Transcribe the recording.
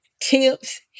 tips